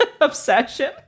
obsession